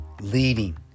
leading